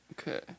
Okay